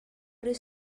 this